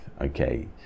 okay